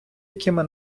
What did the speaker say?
якими